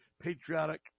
patriotic